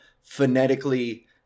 phonetically